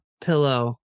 pillow